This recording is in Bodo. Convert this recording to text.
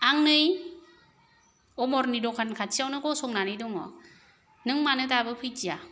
आं नै अमरनि दखान खाथियावनो गसंनानै दङ नों मानो दाबो फैदिया